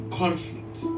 conflict